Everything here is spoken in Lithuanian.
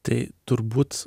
tai turbūt